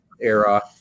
era